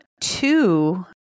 two